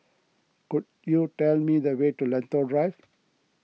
could you tell me the way to Lentor Drive